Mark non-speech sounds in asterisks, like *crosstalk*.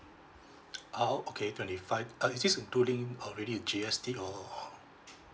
*noise* oh okay twenty five uh is this including already with G_S_T or *noise*